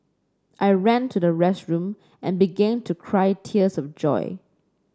I ran to the restroom and began to cry tears of joy